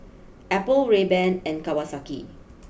Apple Rayban and Kawasaki